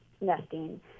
nesting